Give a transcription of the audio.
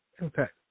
Impact